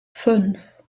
fünf